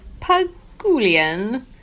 Pagulian